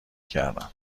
کردم